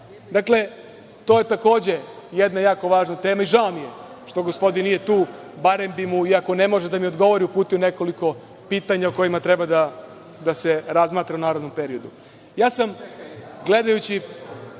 građana, to je takođe jedna jako važna tema i žao mi je što gospodin nije tu, barem bi mu iako ne može da mi odgovori uputio nekoliko pitanja o kojima treba da se razmatra u narednom periodu. Gledajući